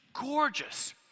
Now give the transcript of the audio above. gorgeous